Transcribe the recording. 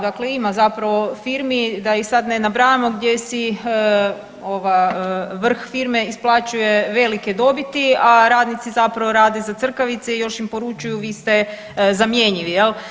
Dakle, ima zapravo firmi da ih sad ne nabrajamo gdje si ova vrh firme isplaćuje velike dobiti, a radnici zapravo rade za crkavice i još im poručuju vi ste zamjenjivi jel.